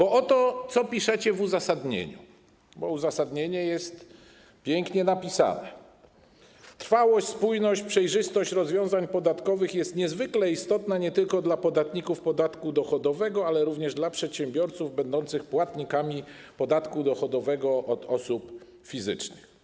Oto, co piszecie w uzasadnieniu, które jest pięknie napisane: Trwałość, spójność, przejrzystość rozwiązań podatkowych jest niezwykle istotna nie tylko dla podatników podatku dochodowego, ale również dla przedsiębiorców będących płatnikami podatku dochodowego od osób fizycznych.